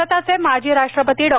भारताचे माजी राष्ट्रपती डॉ